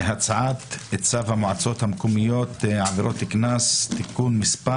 4. הצעת צו המועצות המקומיות (עבירת קנס) (תיקון מס)